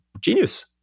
genius